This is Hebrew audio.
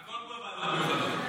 הכול פה ועדות מיוחדות.